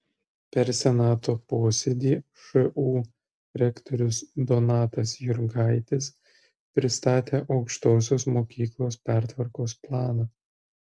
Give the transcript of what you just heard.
per senato posėdį šu rektorius donatas jurgaitis pristatė aukštosios mokyklos pertvarkos planą